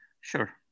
Sure